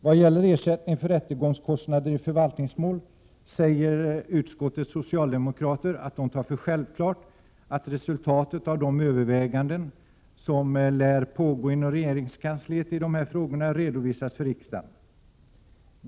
Vad gäller ersättning för rättegångskostnader i förvaltningsmål säger utskottets socialdemokrater att de tar för självklart att resultatet av de överväganden som lär pågå inom regeringskansliet i dessa frågor redovisas för riksdagen.